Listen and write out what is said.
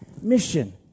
mission